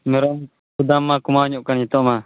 ᱢᱮᱨᱚᱢ ᱫᱟᱢ ᱢᱟ ᱠᱚᱢᱟᱣ ᱧᱚᱜ ᱟᱠᱟᱱ ᱱᱤᱛᱚᱜ ᱢᱟ